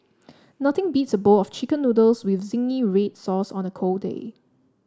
nothing beats a bowl of chicken noodles with zingy red sauce on a cold day